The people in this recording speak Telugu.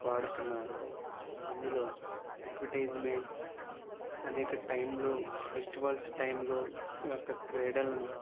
వాడుతున్నారు అందులో అడ్వర్టైజ్మెంట్స్ అనేక టైంలో ఫెస్టివల్స్ టైంలో ఈ యొక్క క్రీడలను